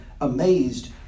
amazed